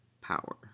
power